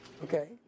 Okay